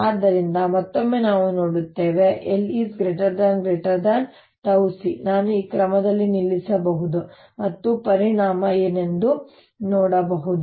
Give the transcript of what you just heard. ಆದ್ದರಿಂದ ಮತ್ತೊಮ್ಮೆ ನಾವು ನೋಡುತ್ತೇವೆ l 𝜏 c ನಾನು ಈ ಕ್ರಮದಲ್ಲಿ ನಿಲ್ಲಿಸಬಹುದು ಮತ್ತು ಪರಿಣಾಮ ಏನೆಂದು ನೋಡಬಹುದು